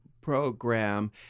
program